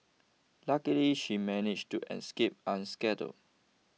luckily she managed to escape unscathed